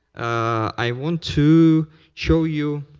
i want to show you